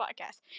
podcast